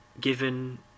given